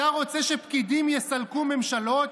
אתה רוצה שפקידים יסלקו ממשלות?